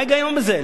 מה ההיגיון בזה?